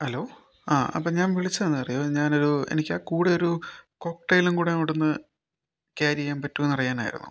hello ആ അപ്പം ഞാൻ വിളിച്ചത് എന്താണെന്നറിയുമോ ഞാനൊരു എനിക്കാ കൂടെ ഒരു കോക്ടയിലും കൂടി അവിടെ നിന്ന് ക്യാരി ചെയ്യാൻ പറ്റുമോയെന്ന് അറിയാനായിരുന്നു